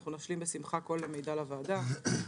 אנחנו נשלים בשמחה כל מידע לוועדה.